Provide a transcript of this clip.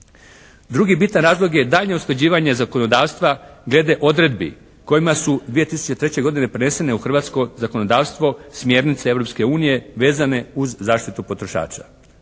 Drugi bitan razlog je daljnje usklađivanje zakonodavstva glede odredbi kojima su 2003. godine prenesene u hrvatsko zakonodavstvo smjernice Europske unije vezane uz zaštitu potrošača.